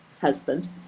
husband